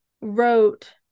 wrote